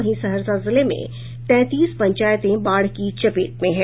वहीं सहरसा जिले में तैंतीस पंचायतें बाढ़ की चपेट में हैं